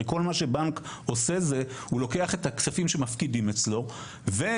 הרי כל מה שבנק עושה זה הוא לוקח את הכספים שמפקידים אצלו וביחס